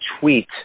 tweet